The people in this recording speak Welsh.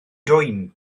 dwym